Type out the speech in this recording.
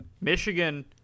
Michigan—